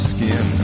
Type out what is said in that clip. Skin